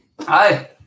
Hi